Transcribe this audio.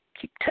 keep